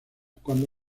cuando